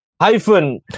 hyphen